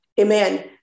Amen